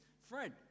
Friend